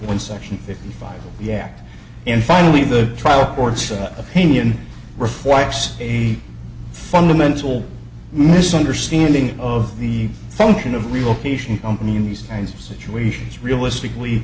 one section fifty five the act in finally the trial court's opinion requires a fundamental misunderstanding of the function of relocation company in these kinds of situations realistically